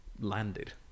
landed